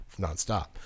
nonstop